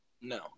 No